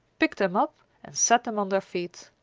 picked them up, and set them on their feet.